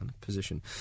position